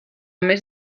més